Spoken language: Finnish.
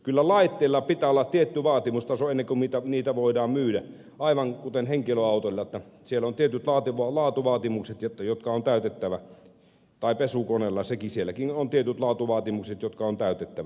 kyllä laitteilla pitää olla tietty vaatimustaso ennen kuin niitä voidaan myydä aivan kuten henkilöautoilla niillä on tietyt laatuvaatimukset jotka on täytettävä tai pesukoneilla niilläkin on tietyt laatuvaatimukset jotka on täytettävä